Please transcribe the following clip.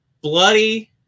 bloody